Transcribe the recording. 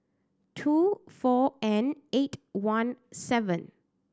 two four N eight one seven